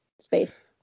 space